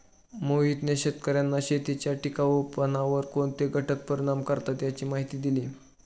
मोहितने शेतकर्यांना शेतीच्या टिकाऊपणावर कोणते घटक परिणाम करतात याची माहिती दिली